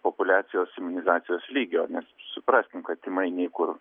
populiacijos imunizacijos lygio nes suprasim kad tymai nei kur